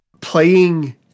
playing